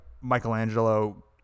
Michelangelo